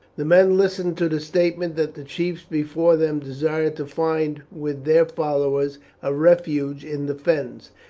the men listened to the statement that the chiefs before them desired to find with their followers a refuge in the fens,